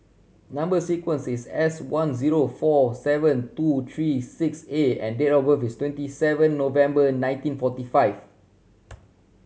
number sequence is S one zero four seven two three six A and date of birth is twenty seven November nineteen forty five